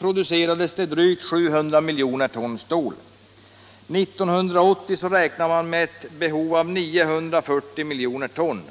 producerades det drygt 700 milj. ton stål. För 1980 räknar man med ett behov av 940 milj. ton.